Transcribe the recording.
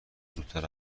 زودتر